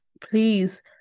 please